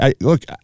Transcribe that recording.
look